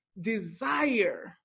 desire